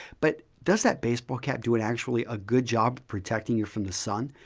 but does that baseball cap doing actually a good job protecting you from the sun?